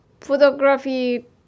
photography